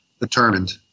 determined